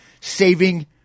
saving